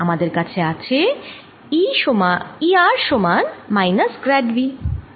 আমাদের কাছে আছে E r সমান মাইনাস গ্র্যাড V